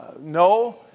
No